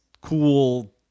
cool